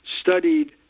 studied